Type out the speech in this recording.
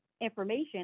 information